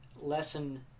Lesson